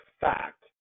fact